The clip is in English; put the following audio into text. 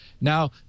Now